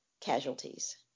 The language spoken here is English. casualties